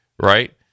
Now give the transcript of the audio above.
Right